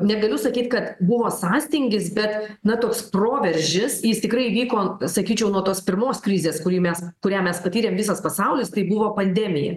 negaliu sakyt kad buvo sąstingis bet na toks proveržis jis tikrai vyko sakyčiau nuo tos pirmos krizės kurį mes kurią mes patyrėm visas pasaulis tai buvo pandemija